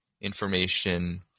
Information